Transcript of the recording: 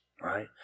right